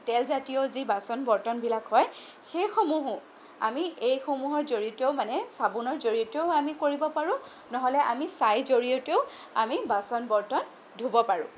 তেলজাতীয় যি বাচন বৰ্তনবিলাক হয় সেইসমূহো আমি এইসমূহৰ জৰিয়তেও মানে চাবোনৰ জৰিয়তেও আমি কৰিব পাৰোঁ নহ'লে আমি ছাইৰ জৰিয়তেও আমি বাচন বৰ্তন ধুব পাৰোঁ